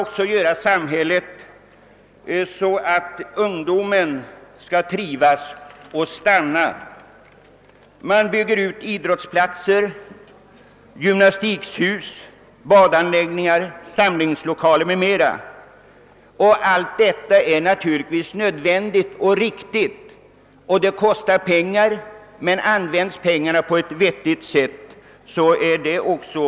Sedan måste samhället formas så att ungdomen trivs och stannar. Man anlägger idrottsplatser, uppför gymnastiklokaler, hadanläggningar, samlingslokaler m.m. Allt detta är naturligtvis nödvändigt och riktigt. Det kommer att kosta pengar, men om pengarna används på ett vettigt sätt lönar det sig.